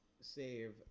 save